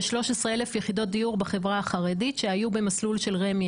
ו-13,000 יחידות דיור בחברה החרדית שהיו במסלול של רמ"י,